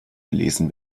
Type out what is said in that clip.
gelesen